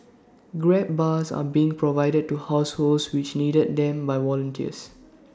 grab bars are being provided to households which needed them by volunteers